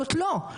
זאת לא,